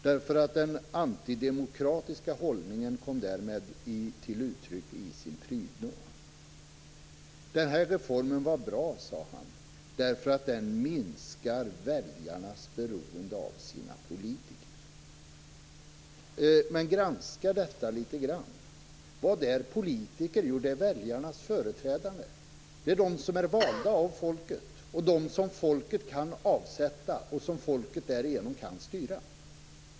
Den antidemokratiska hållningen kom därmed till uttryck i sin prydno. Den här reformen var bra, sade han, därför att den minskar väljarnas beroende av sina politiker. Granska detta litet grand! Vad är politiker? Jo, det är väljarnas företrädare. Det är de som är valda av folket, som folket kan avsätta och som folket därigenom kan styra.